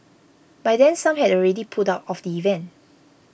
by then some had already pulled out of the event